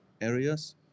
areas